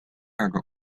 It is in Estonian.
aga